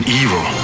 evil